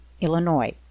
Illinois